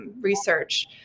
research